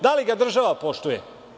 Da li ga država poštuje?